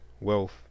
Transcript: wealth